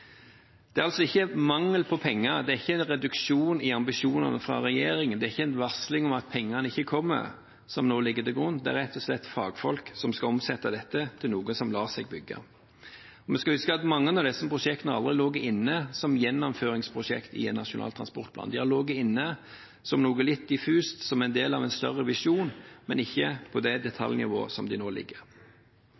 Det er altså ikke mangel på penger, det er ikke en reduksjon i ambisjonene fra regjeringen, det er ikke en varsling om at pengene ikke kommer, som ligger til grunn. Det er rett og slett at fagfolk skal omsette dette til noe som lar seg bygge. Vi skal huske at mange av disse prosjektene aldri lå inne som gjennomføringsprosjekt i en nasjonal transportplan, de har ligget inne som noe litt diffust, som en del av en større visjon, men ikke på det